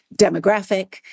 demographic